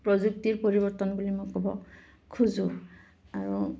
প্ৰযুক্তিৰ পৰিৱৰ্তন বুলি মই ক'ব খোজো আৰু